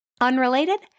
Unrelated